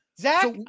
Zach